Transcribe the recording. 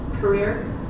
career